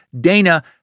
dana